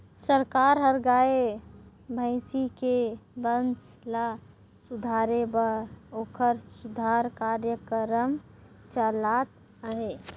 सरकार हर गाय, भइसी के बंस ल सुधारे बर ओखर सुधार कार्यकरम चलात अहे